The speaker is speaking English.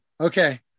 Okay